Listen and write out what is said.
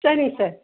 சரிங்க சார்